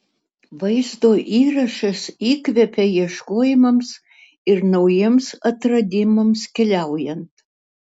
vaizdo įrašas įkvepia ieškojimams ir naujiems atradimams keliaujant